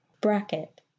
Bracket